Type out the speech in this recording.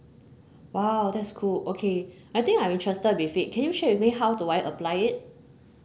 !wah! that's cool okay I think I'm interested with it can you share with me how do I apply it